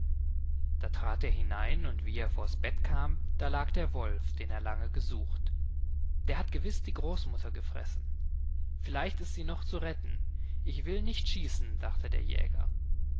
da trat er hinein und wie er vors bett kam da lag der wolf den er lange gesucht der hat gewiß die großmutter gefressen vielleicht ist sie noch zu retten ich will nicht schießen dachte der jäger